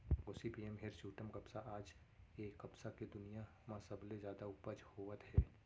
Gossypium हिरस्यूटॅम कपसा आज ए कपसा के दुनिया म सबले जादा उपज होवत हे